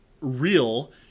real